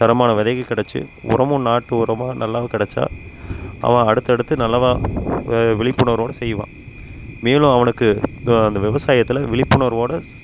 தரமான விதைகள் கிடச்சி உரமும் நாட்டு உரமாக நல்லா கிடச்சா அவன் அடுத்தடுத்து நல்லதாக வெ விழிப்புணர்வோடய செய்வான் மேலும் அவனுக்கு த அந்த விவசாயத்தில் விழிப்புணர்வோடய ஸ்